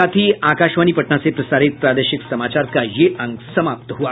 इसके साथ ही आकाशवाणी पटना से प्रसारित प्रादेशिक समाचार का ये अंक समाप्त हुआ